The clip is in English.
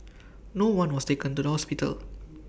no one was taken to the hospital